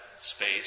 space